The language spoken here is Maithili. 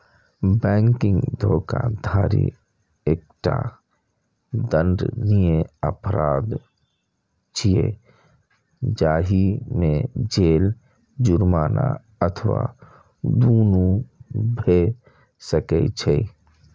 बैंकिंग धोखाधड़ी एकटा दंडनीय अपराध छियै, जाहि मे जेल, जुर्माना अथवा दुनू भए सकै छै